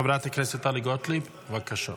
חברת הכנסת טלי גוטליב, בבקשה.